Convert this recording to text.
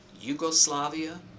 Yugoslavia